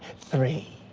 three.